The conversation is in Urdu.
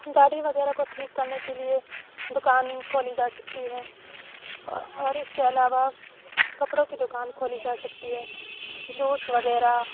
گاڑی وغیرہ کو ٹھیک کرنے کے لیے دوکان کھولی جا سکتی ہے اور اس کے علاوہ کپڑوں کی دوکان کھولی جا سکتی ہے جوس وغیرہ